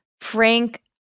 Frank